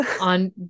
On